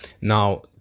Now